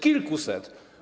Kilkuset.